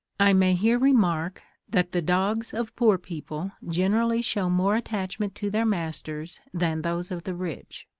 i may here remark, that the dogs of poor people generally show more attachment to their masters than those of the rich.